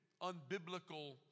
unbiblical